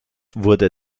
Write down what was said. wurde